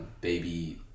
baby